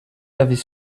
avez